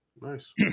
Nice